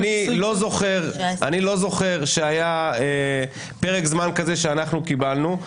אני לא זוכר שהיה פרק זמן כזה שאנחנו קיבלנו.